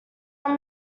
one